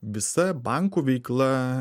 visa bankų veikla